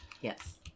Yes